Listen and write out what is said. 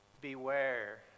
beware